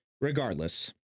Regardless